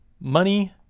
money